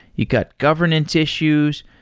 you got governance issues.